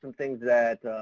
and things that,